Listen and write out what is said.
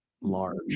large